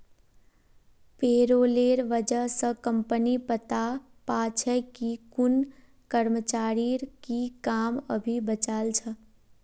पेरोलेर वजह स कम्पनी पता पा छे कि कुन कर्मचारीर की काम अभी बचाल छ